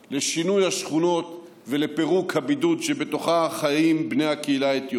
לשינוי השכונות ולפירוק הבידוד שבתוכו חיים בני הקהילה האתיופית.